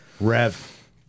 Rev